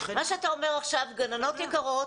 מה שאתה אומר עכשיו, גננות יקרות,